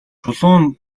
чулуун